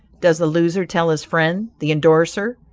does the loser tell his friend, the endorser,